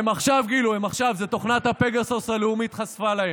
הם עכשיו גילו, תוכנת הפגסוס הלאומית חשפה להם.